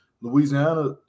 Louisiana